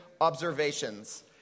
observations